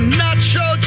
nacho